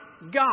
God